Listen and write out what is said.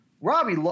Robbie